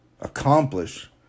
accomplish